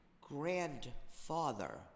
grandfather